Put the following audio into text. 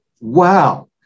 Wow